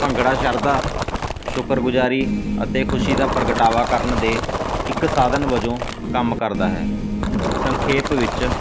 ਭੰਗੜਾ ਸ਼ਰਧਾ ਸ਼ੁਕਰ ਗੁਜ਼ਾਰੀ ਅਤੇ ਖੁਸ਼ੀ ਦਾ ਪ੍ਰਗਟਾਵਾ ਕਰਨ ਦੇ ਇੱਕ ਸਾਧਨ ਵਜੋਂ ਕੰਮ ਕਰਦਾ ਹੈ ਸੰਖੇਪ ਵਿੱਚ